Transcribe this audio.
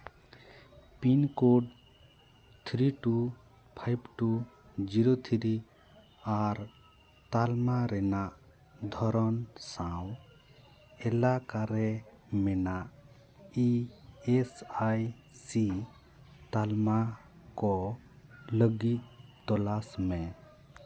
pin code three two five two zero three ᱟᱨ ᱛᱟᱞᱢᱟ ᱨᱮᱱᱟᱜ ᱫᱷᱚᱨᱚᱱ ᱥᱟᱶ ᱮᱞᱟᱠᱟ ᱨᱮ ᱢᱮᱱᱟᱜ ᱤ ᱮᱥ ᱮᱭ ᱥᱤ ᱛᱟᱞᱢᱟ ᱠᱚ ᱞᱟᱹᱜᱤᱫ ᱛᱚᱞᱟᱥ ᱢᱮ